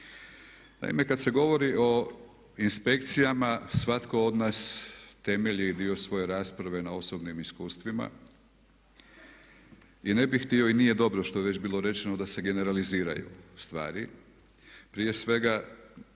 Naime, kad se govori o inspekcijama svatko od nas temelji dio svoje rasprave na osobnim iskustvima i ne bih htio i nije dobro što je već rečeno da se generaliziraju stvari. Prije svega